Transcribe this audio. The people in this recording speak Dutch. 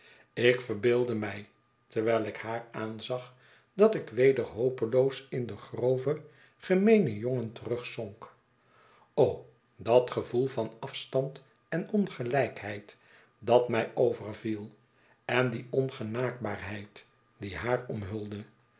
ik verbeeldde mij terwijl ik haar aanzag dat ik weder hopeloos in den groven gemeenen jongen terugzonk dat gevoel van afstand en ongelijkheid dat mij overviel en die ohgenaakbaarheid die haar omhulde